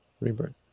rebirth